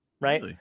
right